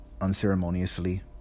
unceremoniously